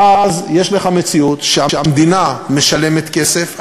ואז יש לך מציאות שהמדינה משלמת כסף,